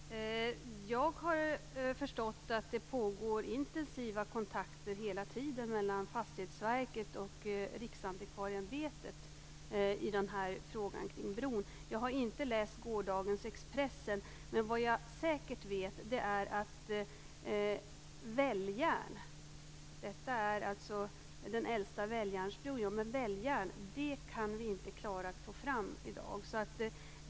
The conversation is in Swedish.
Herr talman! Jag har förstått att det hela tiden pågår intensiva kontakter mellan Fastighetsverket och Riksantikvarieämbetet i fråga om bron. Jag har inte läst gårdagens Expressen, men vad jag säkert vet är att detta är den äldsta välljärnsbron och att vi inte klarar att få fram välljärn i dag.